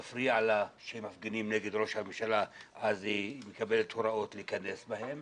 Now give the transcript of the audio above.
מפריע לה שמפגינים נגד ראש הממשלה אז היא מקבלת הוראות להכנס בהם